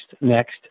next